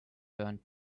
burned